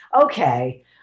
Okay